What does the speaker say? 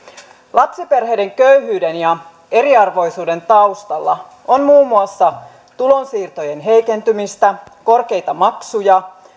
lapsiperheiden köyhyyden ja eriarvoisuuden taustalla on muun muassa tulonsiirtojen heikentymistä korkeita maksuja